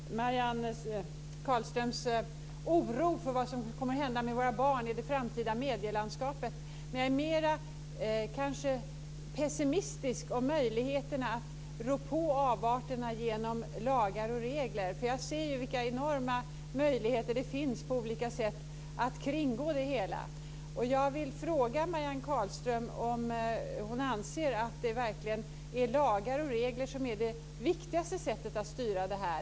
Fru talman! Jag delar naturligtvis Marianne Carlströms oro för vad som kommer att hända med våra barn i det framtida medielandskapet. Men jag är kanske mer pessimistisk om möjligheterna att rå på avarterna genom lagar och regler. Jag ser ju vilka enorma möjligheter som finns att på olika sätt kringgå det hela. Jag vill fråga Marianne Carlström om hon anser att det verkligen är lagar och regler som är det viktigaste sättet att styra detta.